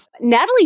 Natalie